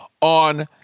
on